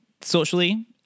socially